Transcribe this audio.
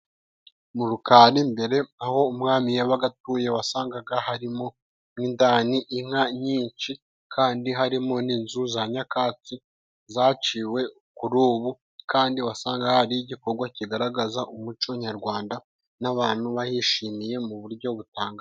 Mu rukari mbere aho umwami yabaga atuye wasangaga harimo nk'indani, inka nyinshi kandi harimo n'inzu za nyakatsi zaciwe kuri ubu kandi wasanga hari igikorwa kigaragaza umuco nyarwanda n'abantu bahishimiye mu buryo butandukanye.